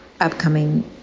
upcoming